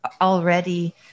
already